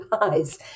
eyes